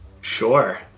Sure